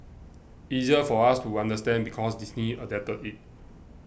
easier for us to understand because Disney adapted it